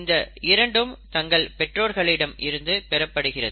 இந்த இரண்டும் தங்கள் பெற்றோர்களிடம் இருந்து பெறப்படுகிறது